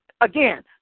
Again